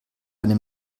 eine